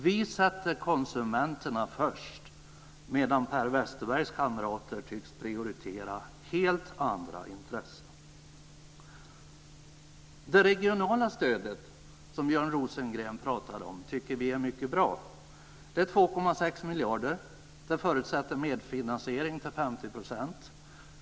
Vi sätter konsumenterna först, medan Per Westerbergs kamrater tycks prioritera helt andra intressen. Det regionala stödet som Björn Rosengren pratade om tycker vi är mycket bra. Det är på 2,6 miljarder. Det förutsätter medfinansiering till 50 %.